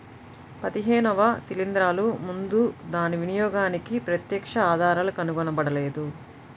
పదిహేనవ శిలీంద్రాలు ముందు దాని వినియోగానికి ప్రత్యక్ష ఆధారాలు కనుగొనబడలేదు